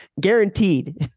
Guaranteed